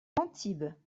antibes